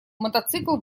мотоцикл